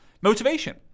Motivation